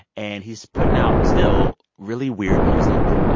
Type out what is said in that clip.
and he's putting out, still, really weird music.